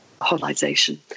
holization